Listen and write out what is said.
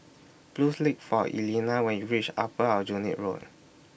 Please Look For Elena when YOU REACH Upper Aljunied Road